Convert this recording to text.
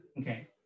Okay